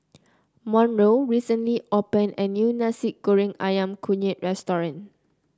Monroe recently opened a new Nasi Goreng ayam kunyit restaurant